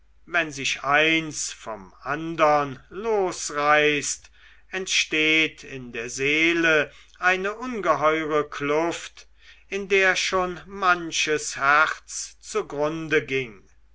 wenn sich eins vom andern losreißt entsteht in der seele eine ungeheure kluft in der schon manches herz zugrunde ging